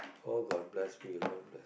oh god bless me god bless